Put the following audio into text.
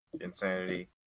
insanity